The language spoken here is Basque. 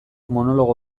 monologo